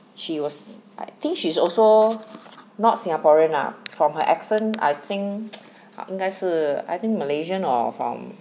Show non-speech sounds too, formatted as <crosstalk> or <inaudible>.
she was I think she is also not singaporean lah from her accent I think <noise> 应该是 I think malaysian or from